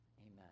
Amen